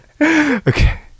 Okay